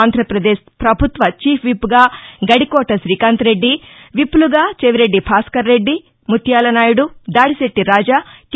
ఆంధ్రప్రదేశ్ ప్రభుత్వ చీఫ్ విప్గా గడికోట శ్రీకాంత్ రెడ్డి విప్లుగా చెవిరెడ్డి భాస్కర్రెడ్డి ముత్యాల నాయుడు దాడిశెట్లి రాజ కె